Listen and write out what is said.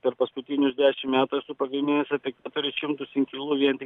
per paskutinius dešimt metų esu pagaminęs apie keturis šimtus inkilų vien tik